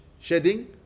shedding